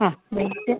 ആ വിളിച്ച്